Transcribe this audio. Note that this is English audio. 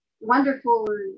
wonderful